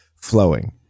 Flowing